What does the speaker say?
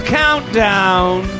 countdown